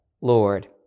Lord